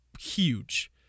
huge